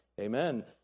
amen